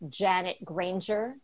janetgranger